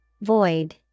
Void